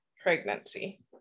pregnancy